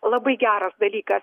labai geras dalyka